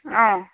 অ